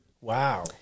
Wow